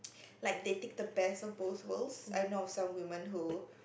like they take the best of both worlds I know of some women who